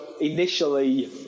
initially